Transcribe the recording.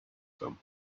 some